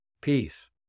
peace